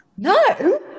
No